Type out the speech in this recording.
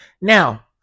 Now